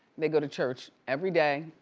they go to church every day